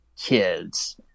kids